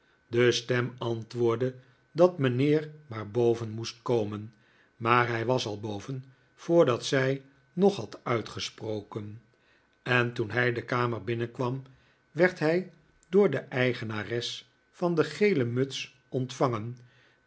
de stem antwoordde dat mijnheer maar boven moest komen maar hij was al boven voordat zij nog had uitgesproken en toen hij de kamer binnenkwam werd hij door de eigenares van de gele muts ontvangen